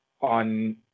on